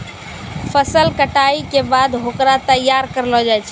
फसल कटाई के बाद होकरा तैयार करलो जाय छै